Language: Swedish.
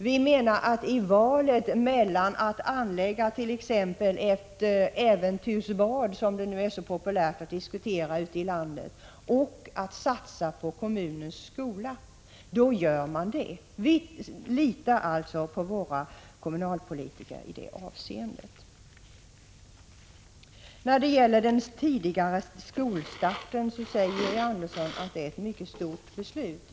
Vi menar, att i valet mellan att anlägga t.ex. ett äventyrsbad, som det nu är så populärt att diskutera ute i landet, och att satsa på kommunens skola, gör man det senare. Vi litar alltså på våra kommunalpolitiker i det avseendet. När det gäller den tidigare skolstarten säger Georg Andersson att det är ett mycket stort beslut.